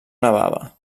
nevava